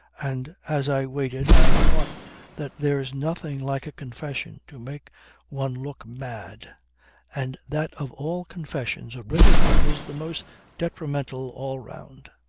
and as i waited i thought that there's nothing like a confession to make one look mad and that of all confessions a written one is the most detrimental all round.